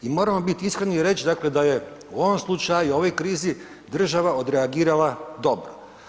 I moramo biti iskreni i reć, dakle da je u ovom slučaju, u ovoj krizi, država odreagirala dobro.